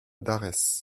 dares